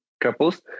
couples